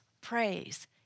praise